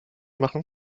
machen